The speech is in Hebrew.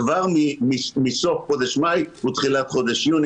כבר מסוף חודש מאי ותחילת חודש יוני